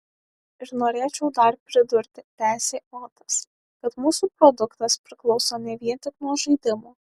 ir norėčiau dar pridurti tęsė otas kad mūsų produktas priklauso ne vien tik nuo žaidimo